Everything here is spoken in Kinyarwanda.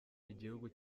igihugu